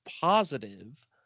positive